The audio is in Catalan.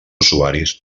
usuaris